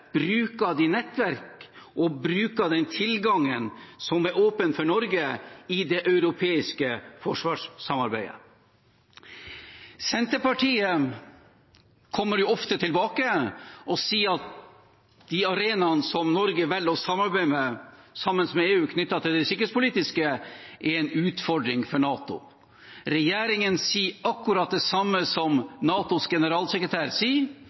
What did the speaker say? de nettverkene og den tilgangen som er åpen for Norge i det europeiske forsvarssamarbeidet. Senterpartiet kommer jo ofte tilbake og sier at de arenaene der Norge velger å ha et sikkerhetspolitisk samarbeid sammen med EU, er en utfordring for NATO. Regjeringen sier akkurat det samme som NATOs generalsekretær sier,